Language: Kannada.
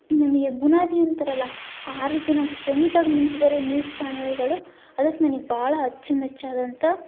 ನಮಗೆ ಬುನಾದಿ ಅಂತಾರಲ್ಲ ಆ ರೀತಿ ನಮ್ಮ ಸ್ಟ್ರೆಂತಾಗಿ ನಿಂತಿದ್ದಾರೆ ನ್ಯೂಸ್ ಚಾನೆಲ್ಗಳು ಅದಕ್ಕೆ ನನಗೆ ಬಹಳ ಅಚ್ಚುಮೆಚ್ಚಾದಂಥ